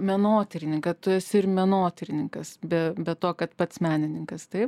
menotyrininką tu esi ir menotyrininkas be be to kad pats menininkas taip